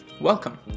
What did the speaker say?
welcome